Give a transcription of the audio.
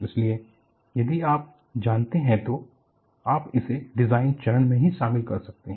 इसलिए यदि आप जानते हैं तो आप इसे डिज़ाइन चरण में ही शामिल कर सकते हैं